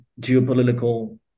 geopolitical